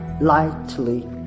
lightly